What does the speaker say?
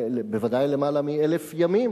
בוודאי למעלה מ-1,000 ימים,